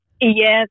Yes